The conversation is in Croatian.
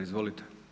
Izvolite.